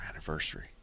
anniversary